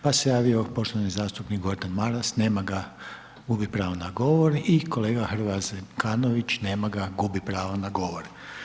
Pa se javio poštovani zastupnik Gordan Maras, nema ga, gubi pravo na govor i kolega Hrvoje Zekanović, nema ga, gubi pravo na govor.